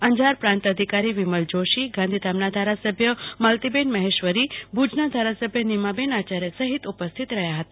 અંજાર પ્રાંત અધિકારી વીમલ જોષી ગાંધીધામના ધારાસભ્ય માલતીબેન મહેશ્વરી ભુજના ધારાસભ્ય નીમાબેન આચાર્ય સહિત ઉપસ્થિત રહ્યા હતા